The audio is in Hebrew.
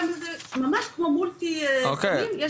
ממש כמו מולטי סמים.